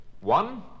one